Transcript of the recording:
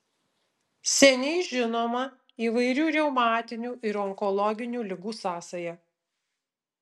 seniai žinoma įvairių reumatinių ir onkologinių ligų sąsaja